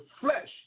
flesh